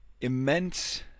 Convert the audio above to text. immense